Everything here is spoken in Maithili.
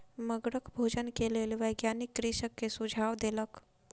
मगरक भोजन के लेल वैज्ञानिक कृषक के सुझाव देलक